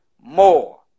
more